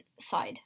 side